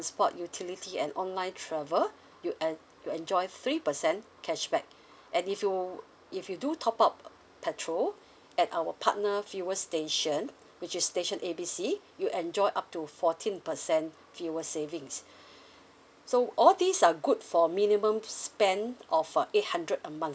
utility and online travel you en~ you enjoy three percent cashback and if you if you do top up petrol at our partner fuel station which is station A B C you enjoy up to fourteen percent fuel savings so all these are good for minimum spend of uh eight hundred a month